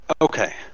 Okay